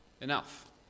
enough